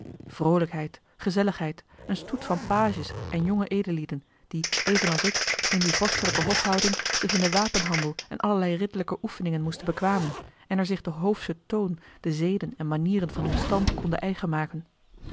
vroolijkheid gezelligheid een stoet van pages en jonge edellieden die evenals ik in die vorstelijke hofhouding zich in den wapenhandel en allerlei ridderlijke oefeningen moesten bekwamen en er zich den hoofschen toon de zeden en manieren van hun stand konden eigen maken